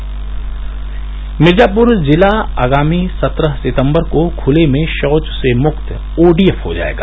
अन्नप्रिया पटेल मिर्जापुर जिला आगामी सत्रह सितम्बर को खुले में शौच से मुक्त ओडीएफ हो जायेगा